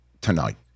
tonight